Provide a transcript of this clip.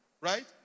Right